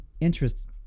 Interest